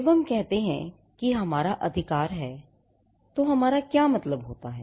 जब हम कहते हैं कि हमारा अधिकार है तो हमारा क्या मतलब होता है